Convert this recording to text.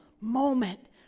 moment